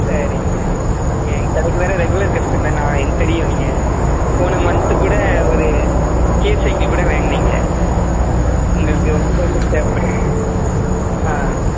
சரிங்க நீங்கள் எங்கள் கடைக்கு வேறு ரெகுலர் கஸ்டமர் நான் எனக்கு தெரியும் நீங்கள் போன மந்த்து கூட ஒரு கியர் சைக்கிள் கூட வாங்கினீங்க உங்களுக்கு உங்கள் ஃப்ரெண்டுக்கு தேவைபடுதுனு